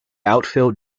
outfield